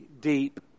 deep